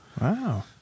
Wow